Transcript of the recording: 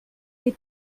des